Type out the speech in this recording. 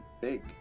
big